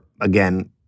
again